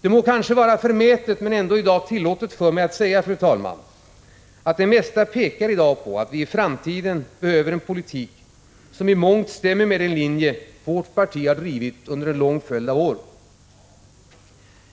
Det må kanske vara förmätet men ändå tillåtet för mig, fru talman, att i dag säga att det mesta nu pekar hän mot att vi i framtiden behöver en politik som i mångt stämmer med den linje som vårt parti har drivit under en lång följd av år.